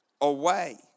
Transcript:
away